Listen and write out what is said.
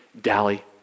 dally